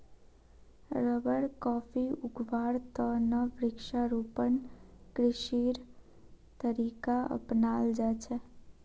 rubber, coffee उगव्वार त न वृक्षारोपण कृषिर तरीका अपनाल जा छेक